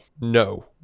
No